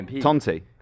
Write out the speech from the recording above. Tonti